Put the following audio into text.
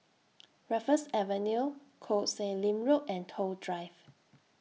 Raffles Avenue Koh Sek Lim Road and Toh Drive